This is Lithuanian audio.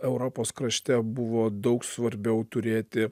europos krašte buvo daug svarbiau turėti